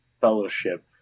Fellowship